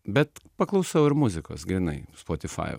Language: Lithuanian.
bet paklausau ir muzikos grynai spotify